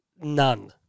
None